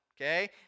okay